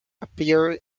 appear